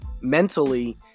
mentally